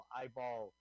eyeball